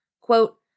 Quote